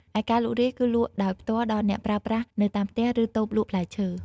ឯការលក់រាយ គឺលក់ដោយផ្ទាល់ដល់អ្នកប្រើប្រាស់នៅតាមផ្ទះ ឬតូបលក់ផ្លែឈើ។